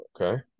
okay